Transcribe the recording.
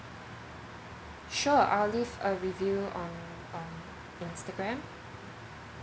sure I'll leave a review on on instagram